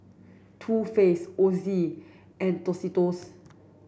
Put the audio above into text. Too Faced Ozi and Tostitos